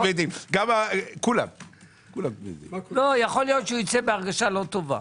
יכול להיות שייצא בהרגשה לא טובה.